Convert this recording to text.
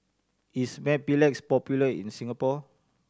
is Mepilex popular in Singapore